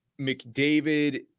McDavid